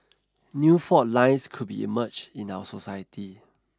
new fault lines could be emerged in our society